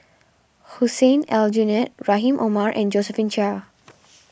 Hussein Aljunied Rahim Omar and Josephine Chia